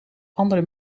andere